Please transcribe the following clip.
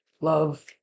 Love